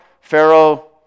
Pharaoh